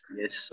yes